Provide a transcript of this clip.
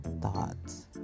thoughts